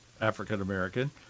African-American